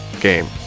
game